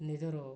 ନିଜର